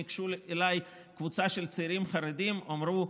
ניגשו אליי קבוצה של צעירים חרדים ואמרו: